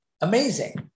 amazing